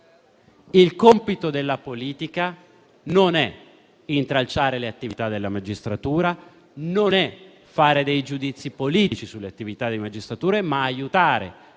compito della politica non è intralciare le attività della magistratura, né dare giudizi politici sull'attività dei magistrati, ma aiutarli